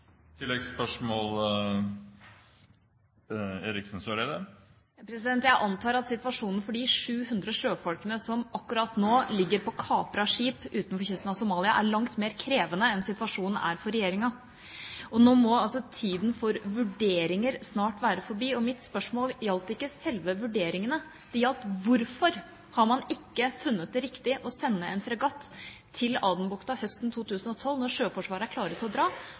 Jeg antar at situasjonen for de 700 sjøfolkene som akkurat nå ligger på kaprede skip utenfor kysten av Somalia, er langt mer krevende enn situasjonen er for regjeringa. Nå må tida for vurderinger snart vært forbi. Mitt spørsmål gjaldt ikke selve vurderingene, det gjaldt hvorfor man ikke har funnet det riktig å sende en fregatt til Adenbukta høsten 2011 når Sjøforsvaret er klart til å dra,